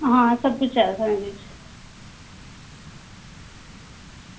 आं सबकुछ चाहिदा असेंगी